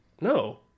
No